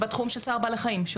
בתחום של צער בעלי חיים.